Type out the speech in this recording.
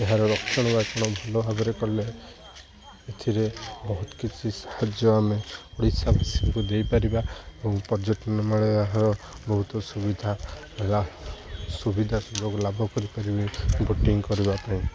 ଏହାର ରକ୍ଷଣ ବାକ୍ଷଣ ଭଲ ଭାବରେ କଲେ ଏଥିରେ ବହୁତ କିଛି ସାହାଯ୍ୟ ଆମେ ଓଡ଼ିଶାବାସୀଙ୍କୁ ଦେଇପାରିବା ଏବଂ ପର୍ଯ୍ୟଟନ ବହୁତ ସୁବିଧା ସୁବିଧା ସୁଯୋଗ ଲାଭ କରିପାରିବେ ବୋଟିଂ କରିବା ପାଇଁ